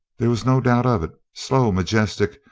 there was no doubt of it. slow, majestic,